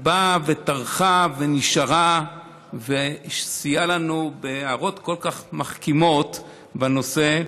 באה וטרחה ונשארה וסייעה לנו בהערות כל כך מחכימות בנושא,